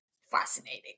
fascinating